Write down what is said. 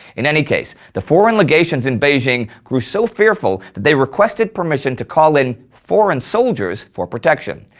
in any case, the foreign legations in beijing grew so fearful, that they requested permission to call in foreign soldiers for protection.